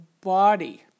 body